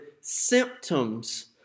symptoms